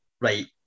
Right